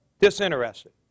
Disinterested